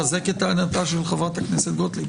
אני מחזק את טענתה של חברת הכנסת גוטליב.